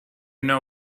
know